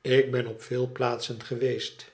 ik ben op veel plaatsen geweest